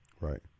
Right